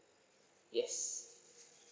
yes